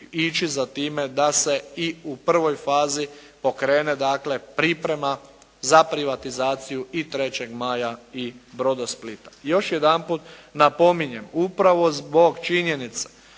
ići za time da se i u prvoj fazi pokrene dakle priprema za privatizaciju i 3. maja i "Brodosplita". Još jedanput napominjem, upravo zbog činjenice